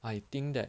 I think that